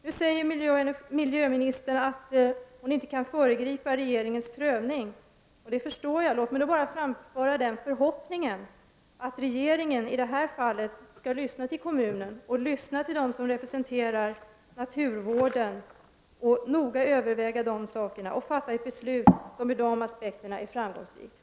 Nu säger miljöministern att hon inte kan föregripa regeringens prövning, och det förstår jag. Låt mig bara framföra den förhoppningen att regeringen i detta fall skall lyssna till kommunen och till dem som representerar naturvården, göra en noggrann övervägning och fatta ett beslut som ur de aspekterna är framgångsrikt.